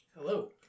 Hello